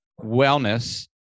wellness